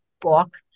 book